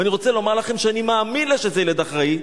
ואני רוצה לומר לכם שאני מאמין לה שזה ילד אחראי.